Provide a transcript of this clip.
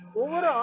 over